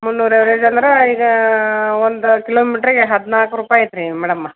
ಮುನ್ನೂರು ಎವ್ರೇಜ್ ಅಂದ್ರೆ ಈಗ ಒಂದು ಕಿಲೋಮೀಟ್ರ್ಗೆ ಹದಿನಾಲ್ಕು ರೂಪಾಯಿ ಐತೆ ರೀ ಮೇಡಮ್ಮ